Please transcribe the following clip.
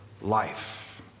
life